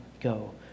go